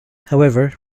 however